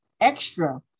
extra